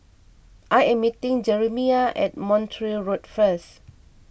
I am meeting Jeremiah at Montreal Road first